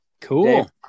Cool